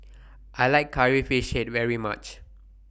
I like Curry Fish Head very much